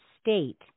state